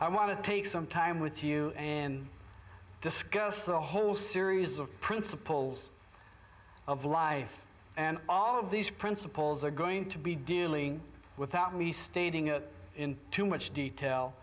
i want to take some time with you and discuss the whole series of principles of life and all of these principles are going to be dealing without me stating it in too much detail